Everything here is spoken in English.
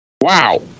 Wow